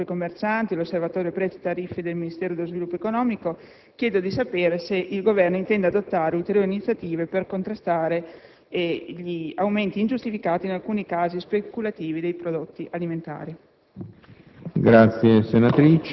(penso al tavolo di confronto tra consumatori e commercianti, l'osservatorio prezzi e tariffe del Ministero dello sviluppo economico), chiedo di sapere se il Governo intende adottare ulteriori iniziative per contrastare gli aumenti ingiustificati e in alcuni casi speculativi dei prodotti alimentari.